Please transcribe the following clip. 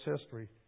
history